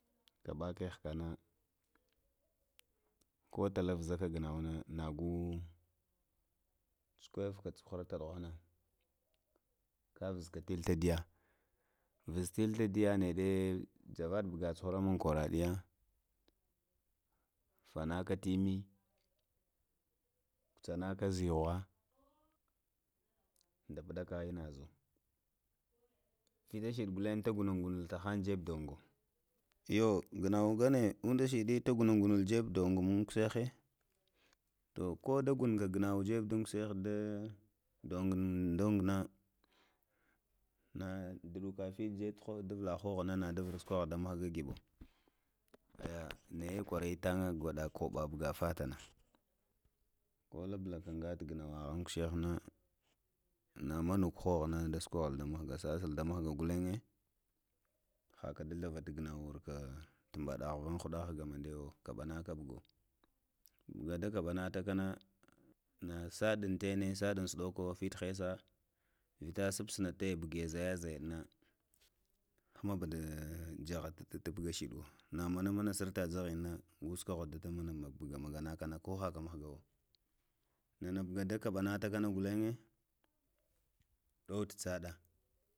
Kaɓakhekana ko da dzuko nago cukwəfe ka cuhuvataŋ nughana ka vuzuka ila taɗiya vuzaka elita dəya naɗe ŋavaɗe bag ga cuhura tsanaka ɗafa da panaka inna za, vətashəɗe ghuliniŋ ta gunu nŋulo ta haŋ geɓe duŋ yo ghanawanghane ənda shəɗə to ghunŋgaloŋ jebe dunzol ɗum koshəhe to koda ghunalto ghanawa jebe duŋ kushihegdun nzul dunŋ na ɗuɗuka fiti zebe da vita haha na to vurata jebe duŋ mughgagibo ah ah naya kwari tanna na goɗə koɓo ɓuga fatana ko lubula nga to ganawa ən kwushəhə na na monuko həvo na do sako mughga, sasal da mughga gahughe haka da thavaltal ghana wa warke to ubahava mughga mandayago kaɓana kaɓaka, bagə da kaɓanatakana, na saɗin tane saɗən suɗoko fiti haisa vitasufsu na taya bugona zayazaya na habuda gabə tubga shədəwo na manama sər tənə jaha mana go sahoho daghala buga mana kana ko haka mughgawo nanaga manakana ghuləg ɗuwə caɗa